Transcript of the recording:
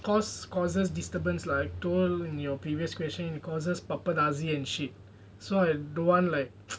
cause causes disturbance like told in your previous question it causes paparazzi and shit so I don't want like